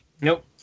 Nope